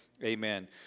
Amen